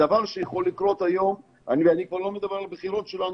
הדבר שיכול לקרות היום אני כבר לא מדבר על הבחירות שלנו